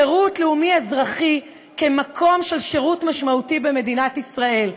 שירות לאומי-אזרחי כמקום של שירות משמעותי במדינת ישראל.